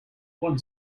one